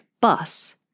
bus